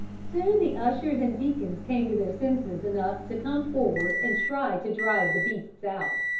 soon the ushers and deacons came to their senses enough to come forward and try to drive the beasts out.